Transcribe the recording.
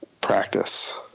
practice